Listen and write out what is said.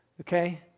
Okay